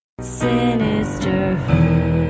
Sinisterhood